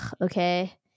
okay